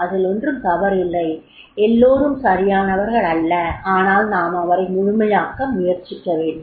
அதில் ஒன்றும் தவறில்லை எல்லோரும் சரியானவர்கள் அல்ல ஆனால் நாம் அவரை முழுமையாக்க முயற்சிக்க வேண்டும்